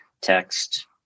text